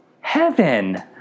heaven